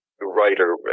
writer